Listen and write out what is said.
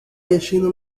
vestindo